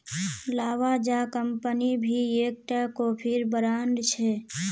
Lavazza company भी एक टा कोफीर ब्रांड छे